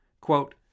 Quote